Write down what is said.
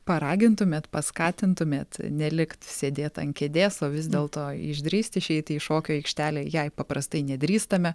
paragintumėt paskatintumėt nelikt sėdėt ant kėdės o vis dėlto išdrįst išeiti į šokių aikštelę jei paprastai nedrįstame